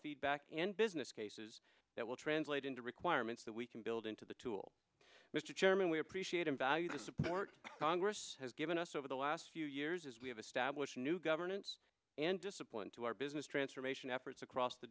feedback and business cases that will translate into requirements that we can build into the tool mr chairman we appreciate and value to support congress has given us over the last few years as we have established new governance and discipline to our business transformation efforts across the